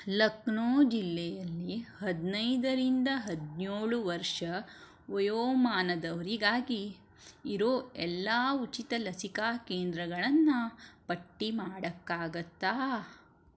ಲಕ್ನೋ ಜಿಲ್ಲೆಯಲ್ಲಿ ಹದಿನೈದರಿಂದ ಹದಿನೇಳು ವರ್ಷ ವಯೋಮಾನದವರಿಗಾಗಿ ಇರೋ ಎಲ್ಲ ಉಚಿತ ಲಸಿಕಾ ಕೇಂದ್ರಗಳನ್ನು ಪಟ್ಟಿ ಮಾಡೋಕ್ಕಾಗತ್ತಾ